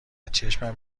چشمم